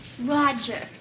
Roger